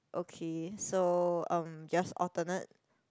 okay so um just alternate